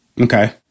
Okay